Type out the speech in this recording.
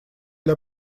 для